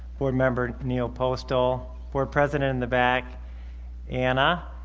board member neal postel, board president in the back ana,